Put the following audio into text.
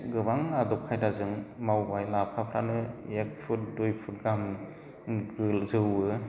गोबां आदब खायदाजों मावबाय लाफाफ्रानो एक फुट दुइ फुट गाहाम जौवो